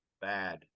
bad